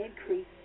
increase